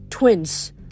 Twins